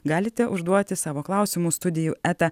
galite užduoti savo klausimus studijų eta